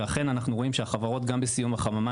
ואכן אנחנו רואים שהחברות גם בסיום החממה